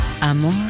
Amor